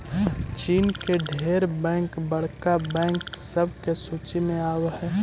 चीन के ढेर बैंक बड़का बैंक सब के सूची में आब हई